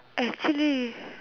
actually